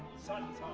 sight,